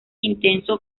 intenso